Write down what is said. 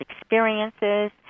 experiences